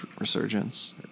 resurgence